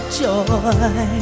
joy